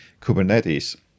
Kubernetes